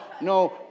no